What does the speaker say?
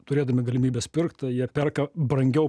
turėdami galimybes pirkt jie perka brangiau